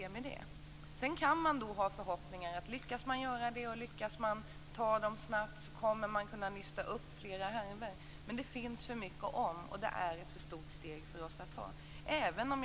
Man kan ha förhoppningar om att kunna nysta upp flera härvor, om man lyckas och kan ta de skyldiga snabbt. Men det finns för många "om". Det är ett för stort steg att ta för oss.